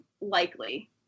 likely